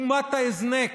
אומת ההזנק,